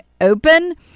open